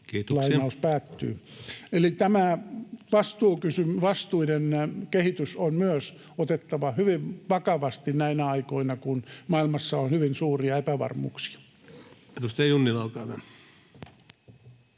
Kiitoksia!] Eli tämä vastuiden kehitys on myös otettava hyvin vakavasti näinä aikoina, kun maailmassa on hyvin suuria epävarmuuksia.